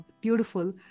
beautiful